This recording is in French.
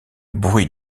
bruit